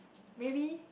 maybe